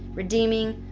redeeming,